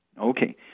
Okay